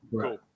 cool